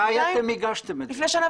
מתי אתם הגשתם את זה?